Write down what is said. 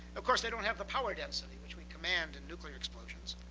of course, they don't have the power density which we command in nuclear explosions.